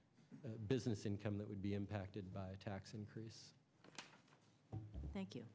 business income that would be impacted by a tax increase thank you